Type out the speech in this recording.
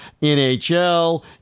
NHL